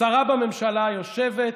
שרה בממשלה יושבת,